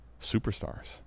superstars